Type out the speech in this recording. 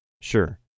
Sure